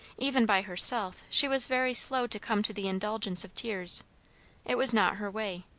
even by herself she was very slow to come to the indulgence of tears it was not her way.